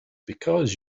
because